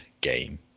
game